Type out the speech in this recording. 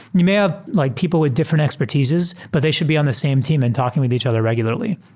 you may have like people with different expertises, but they should be on the same team and talking with each other regularly.